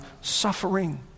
suffering